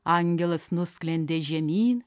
angelas nusklendė žemyn